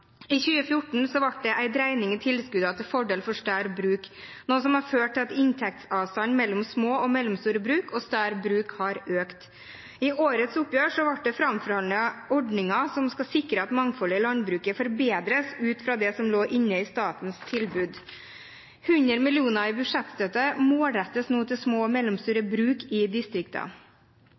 I 2014 ble det en dreining i tilskuddene til fordel for større bruk, noe som har ført til at inntektsavstanden mellom små og mellomstore bruk og større bruk har økt. I årets oppgjør ble det framforhandlet ordninger som skal sikre at mangfoldet i landbruket forbedres ut fra det som lå inne i statens tilbud. 100 mill. kr i budsjettstøtte målrettes nå til små og mellomstore bruk i